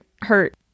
hurt